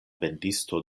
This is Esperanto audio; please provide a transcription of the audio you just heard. vendisto